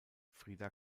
frida